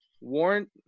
warrant